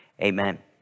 Amen